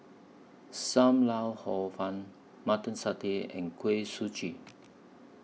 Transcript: SAM Lau Hor Fun Mutton Satay and Kuih Suji